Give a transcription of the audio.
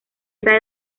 esa